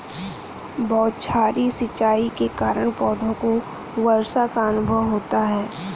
बौछारी सिंचाई के कारण पौधों को वर्षा का अनुभव होता है